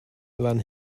fan